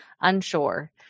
unsure